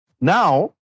Now